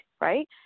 right